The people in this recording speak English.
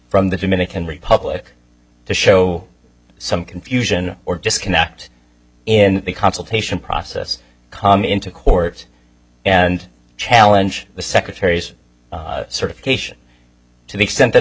from the dominican republic to show some confusion or disconnect in the consultation process com into court and challenge the secretary's certification to the extent that